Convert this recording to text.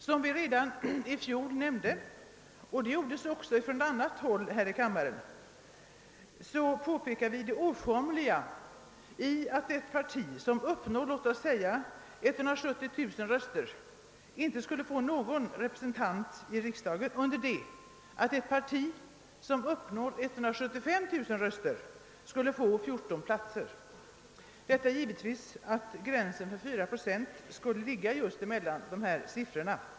Vi påpekade redan i fjol och det framhölls också från annat håll här i kammaren -— det oformliga i att ett parti, som uppnår låt oss säga 170 000 röster, inte skulle få någon representant i riksdagen, under det att ett parti som uppnår 175 000 röster skulle få 14 platser — detta givetvis förutsatt att gränsen för fyra procent låge just mellan dessa siffror.